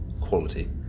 quality